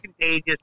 contagious